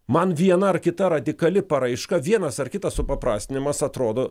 man viena ar kita radikali paraiška vienas ar kitas supaprastinimas atrodo